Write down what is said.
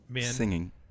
singing